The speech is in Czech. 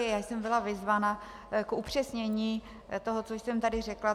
Já jsem byla vyzvána k upřesnění toho, co jsem tady řekla.